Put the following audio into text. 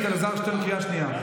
חבר הכנסת אלעזר שטרן, קריאה שנייה.